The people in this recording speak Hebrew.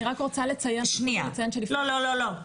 אני רק רוצה לציין --- לא לא לא לא,